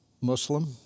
Muslim